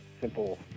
simple